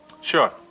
Sure